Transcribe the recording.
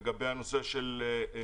לגבי נושא הניידות,